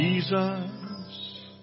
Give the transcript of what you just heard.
Jesus